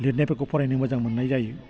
लिरनायफोरखौ फारायनो मोजां मोन्नाय जायो